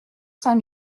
saint